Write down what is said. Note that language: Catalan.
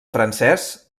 francès